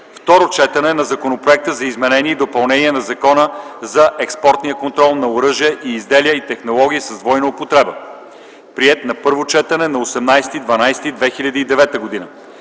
Второ четене на Законопроекта за изменение и допълнение на Закона за експортния контрол на оръжия и изделия и технологии с двойна употреба, приет на първо четене на 18.12.2009 г.